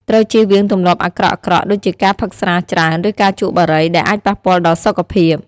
ត្រូវជៀសវាងទម្លាប់អាក្រក់ៗ ដូចជាការផឹកស្រាច្រើន ឬការជក់បារី ដែលអាចប៉ះពាល់ដល់សុខភាព។